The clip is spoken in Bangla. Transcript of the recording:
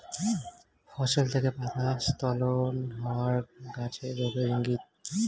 ফসল থেকে পাতা স্খলন হওয়া গাছের রোগের ইংগিত